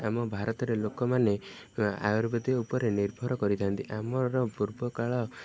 ଆମ ଭାରତରେ ଲୋକମାନେ ଆୟୁର୍ବେଦିକ ଉପରେ ନିର୍ଭର କରିଥାନ୍ତି ଆମର ପୂର୍ବକାଳ